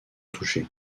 touchés